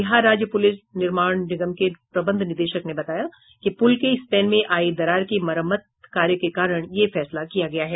बिहार राज्य पुल निर्माण निगम के प्रबंध निदेशक ने बताया कि पुल के स्पैन में आई दरार की मरम्मत कार्य के कारण यह फैसला किया गया है